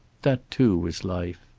that, too, was life.